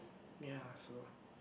ya so